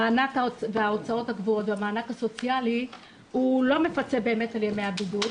המענק על ההוצאות הקבועות והמענק הסוציאלי לא מפצים באמת על ימי הבידוד.